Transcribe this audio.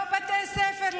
לא בתי ספר,